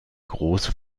große